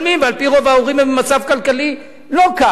ועל-פי רוב ההורים במצב כלכלי לא קל.